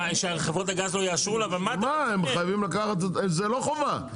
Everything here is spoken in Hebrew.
שחברות הגז לא יאשרו לו --- זה לא חובה.